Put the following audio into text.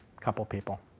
couple of people.